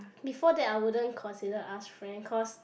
before that I wouldn't consider us friend cause